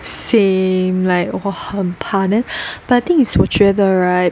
same like 我很怕 then but I think is 我觉得 right